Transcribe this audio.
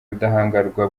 ubudahangarwa